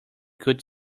could